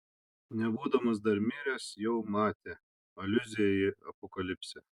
nebūdamas dar miręs jau matė aliuzija į apokalipsę